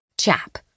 Chap